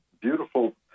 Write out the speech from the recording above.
beautiful